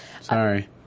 Sorry